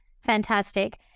fantastic